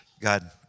God